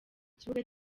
kibuga